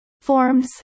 Forms